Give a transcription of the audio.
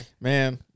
man